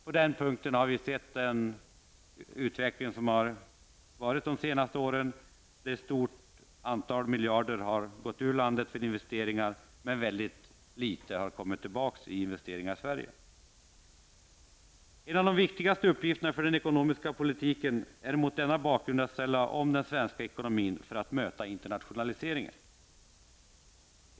Vi har under det senaste året haft en utveckling där ett stort antal miljarder har gått ut ur landet till investeringar utomlands, medan väldigt litet har kommit tillbaka i form av investeringar i Sverige. En av de viktigaste uppgifterna för den ekonomiska politiken är mot denna bakgrund att ställa om den svenska ekonomin för att möta internationaliseringen.